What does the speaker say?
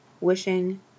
wishing